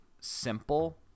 simple